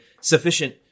sufficient